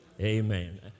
Amen